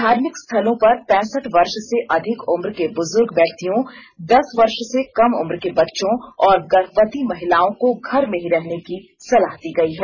धार्मिक स्थलों पर पैंसठ वर्ष से अधिक उम्र के बुजुर्ग व्यक्तियों दस वर्ष से कम उम्र के बच्चों और गर्भवती महिलाओं न आने की सलाह दी गयी है